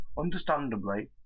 Understandably